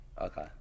Okay